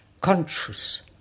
conscious